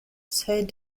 said